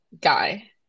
guy